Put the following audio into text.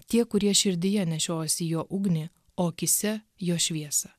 tie kurie širdyje nešiojasi jo ugnį o akyse jo šviesą